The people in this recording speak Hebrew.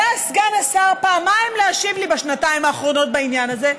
עלה סגן השר פעמיים להשיב לי בשנתיים האחרונות בעניין הזה,